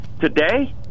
today